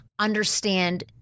understand